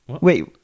wait